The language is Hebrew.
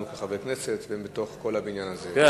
לנו כחברי כנסת ובכל הבניין הזה.